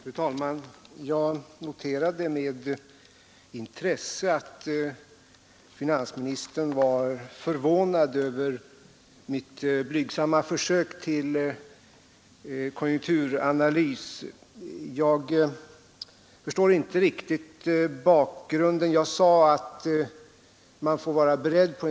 Fru talman! Jag noterade med intresse finansministerns förvåning över mitt blygsamma försök till konjunkturanalys, men jag förstår inte riktigt bakgrunden till finansministerns förvåning.